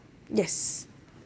yes